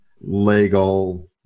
legal